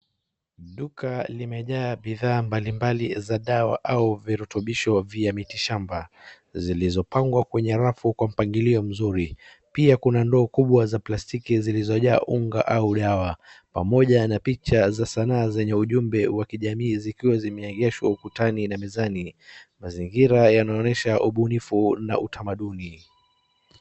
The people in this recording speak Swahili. Duka limejaa bidhaa mbalimbali za dawa au virutubisho via mitishamba vilivyopangwa kwenye rafu kwa mpangilio mzuri. Pia kuna ndoo kubwa za plastiki zilizojaa unga au dawa pamoja na picha za sanaa zenye ujumbe wa kijamii zikiwa zimeegeshwa ukutani na mezani. Mazingira yanaonyesha ubunifu na utamaduni.